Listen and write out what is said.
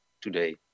today